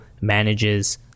manages